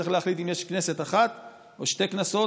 צריך להחליט אם יש כנסת אחת או שתי כנסות.